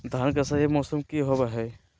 धान के सही मौसम की होवय हैय?